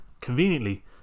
conveniently